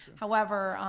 however,